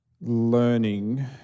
learning